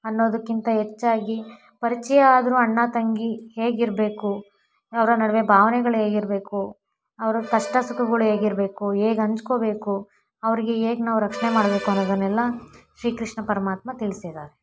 ಅನ್ನೋದಕ್ಕಿಂತ ಹೆಚ್ಚಾಗಿ ಪರಿಚಯ ಆದರೂ ಅಣ್ಣ ತಂಗಿ ಹೇಗಿರಬೇಕು ಅವರ ನಡುವೆ ಭಾವನೆಗಳು ಹೇಗಿರ್ಬೇಕು ಅವರ ಕಷ್ಟ ಸುಖಗಳು ಹೇಗಿರ್ಬೇಕು ಹೇಗ್ ಹಂಚ್ಕೋಬೇಕು ಅವ್ರಿಗೆ ಹೇಗ್ ನಾವು ರಕ್ಷಣೆ ಮಾಡಬೇಕು ಅನ್ನೋದನ್ನೆಲ್ಲ ಶ್ರೀಕೃಷ್ಣ ಪರಮಾತ್ಮ ತಿಳ್ಸಿದ್ದಾರೆ